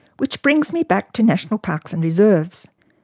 which brings me back to national parks and reserves.